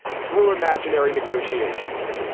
through imaginary negotiations.